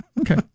Okay